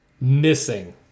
missing